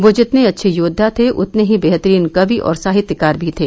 वो जितने अच्छे योद्वा थे उतने ही बेहतरीन कवि और साहित्यकार भी थे